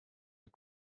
are